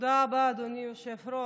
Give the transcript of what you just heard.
תודה רבה, אדוני היושב-ראש.